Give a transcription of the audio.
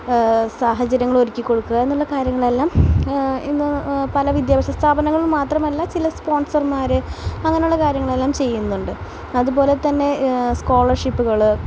സാഹചര്യങ്ങൾ ഒരുക്കിക്കൊടുക്കുക എന്നുള്ള കാര്യങ്ങളെല്ലാം ഇന്ന് പല വിദ്യാഭ്യസ സ്ഥാപനങ്ങൾ മാത്രമല്ല ചില സ്പോൺസർമാർ അങ്ങനെയുള്ള കാര്യങ്ങളെല്ലാം ചെയ്യുന്നുണ്ട് അതുപോലെതന്നെ സ്കോളർഷിപ്പുകൾ